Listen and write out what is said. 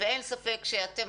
ואין ספק שאתם,